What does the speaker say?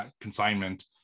consignment